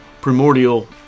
primordial